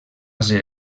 ser